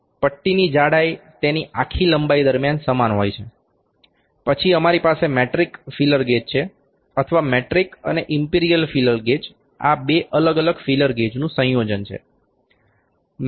પટ્ટીની જાડાઈ તેની આખી લંબાઈ દરમ્યાન સમાન હોય છે પછી અમારી પાસે મેટ્રિક ફીલર ગેજ છે અથવા મેટ્રિક અને ઇમ્પિરિયલ ફીલર ગેજ આ બે અલગ ફીલર ગેજનું સંયોજન છે